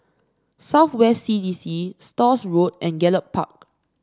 South West C D C Stores Road and Gallop Park